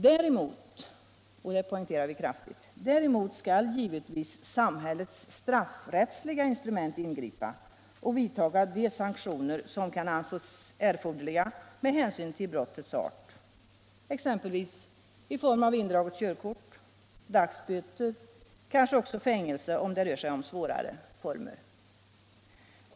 Däremot — och det poängterar vi kraftigt — skall givetvis samhället ingripa med straffrättsliga instrument och vidta de sanktioner som kan anses erforderliga med hänsyn till brottets art, exempelvis indragning av körkort, dagsböter, kanske också fängelse om det rör sig om svårare former.